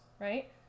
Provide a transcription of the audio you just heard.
right